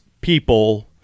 people